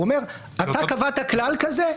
הוא אומר: אתה קבעת כלל כזה,